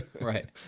Right